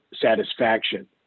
satisfaction